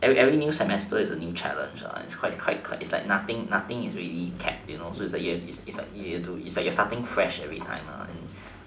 every new semester is a new challenge lah it's quite tight it's like nothing nothing is already kept you know so you it's like it's like you are starting something fresh every time lah and